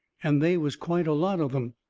and they was quite a lot of em.